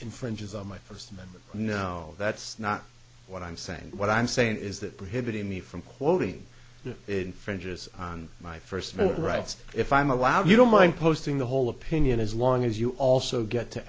infringes on my first amendment no that's not what i'm saying what i'm saying is that prohibiting me from quoting it infringes on my first vote rights if i'm allowed you don't mind posting the whole opinion as long as you also get to